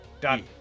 Done